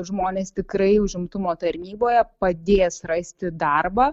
žmonės tikrai užimtumo tarnyboje padės rasti darbą